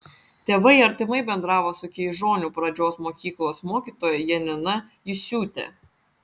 tėvai artimai bendravo su keižonių pradžios mokyklos mokytoja janina jusiūte